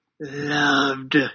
loved